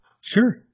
Sure